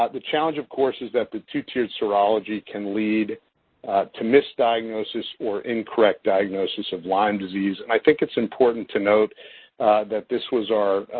ah the challenge of course, is that the two-tiered serology can lead to misdiagnosis or incorrect diagnosis of lyme disease. and i think it's important to note that this was our,